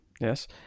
Yes